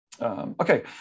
Okay